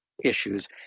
issues